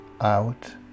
Out